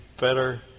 better